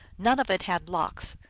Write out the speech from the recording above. none of it had lox.